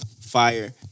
Fire